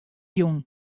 jûn